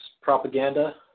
propaganda